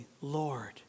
Lord